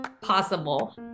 possible